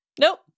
Nope